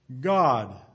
God